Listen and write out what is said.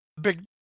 big